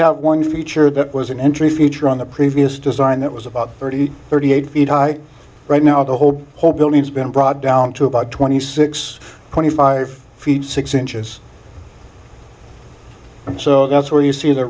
have one feature that was an entry feature on the previous design that was about thirty thirty eight feet high right now to hold the whole building has been brought down to about twenty six twenty five feet six inches and so that's where you see the